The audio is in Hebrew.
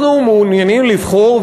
אנחנו מעוניינים לבחור,